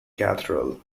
cathedral